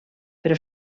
però